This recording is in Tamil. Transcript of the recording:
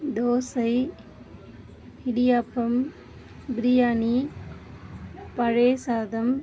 தோசை இடியாப்பம் பிரியாணி பழைய சாதம்